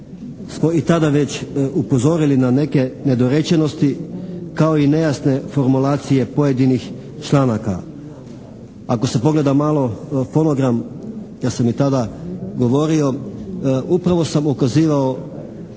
smo i tada već upozorili na neke nedorečenosti kao i nejasne formulacije pojedinih članaka. Ako se pogleda malo fonogram, ja sam i tada govorio upravo sam ukazivao